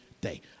day